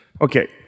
okay